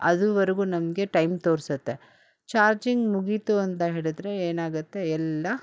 ಅದುವರೆಗೂ ನಮಗೆ ಟೈಮ್ ತೋರಿಸುತ್ತೆ ಚಾರ್ಜಿಂಗ್ ಮುಗೀತು ಅಂತ ಹೇಳಿದರೆ ಏನಾಗತ್ತೆ ಎಲ್ಲ